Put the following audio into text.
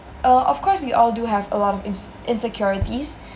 uh of course we all do have a lot of ins~ insecurities